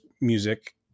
music